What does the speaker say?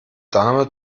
dame